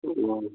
ꯎꯝ